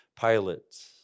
Pilate